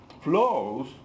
flows